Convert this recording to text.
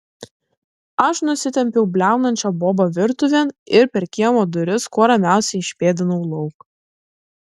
aš nusitempiau bliaunančią bobą virtuvėn ir per kiemo duris kuo ramiausiai išpėdinau lauk